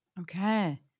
Okay